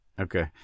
Okay